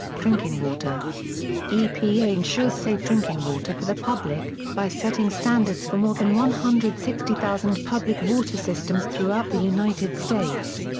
drinking water epa ensures safe drinking water for the public, by setting standards for more than one hundred and sixty thousand public water systems throughout the united states.